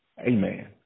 Amen